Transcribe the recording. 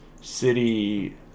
City